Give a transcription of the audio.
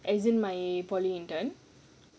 as in my polytechnic intern